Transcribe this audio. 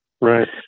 Right